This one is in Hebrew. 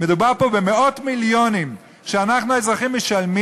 דיון מרצון עם השר.